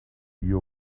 you